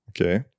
Okay